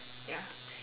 ya